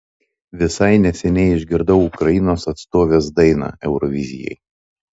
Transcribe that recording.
visai neseniai išgirdau ukrainos atstovės dainą eurovizijai